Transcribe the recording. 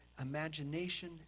imagination